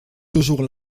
toujours